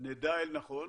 נדע אל נכון.